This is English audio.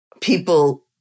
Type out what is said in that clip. people